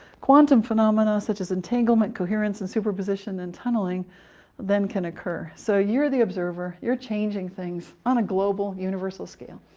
quantum phenomena, such as entanglement, coherence, and superposition, and tunneling then can occur. so you're the observer you're changing things on a global universal scale.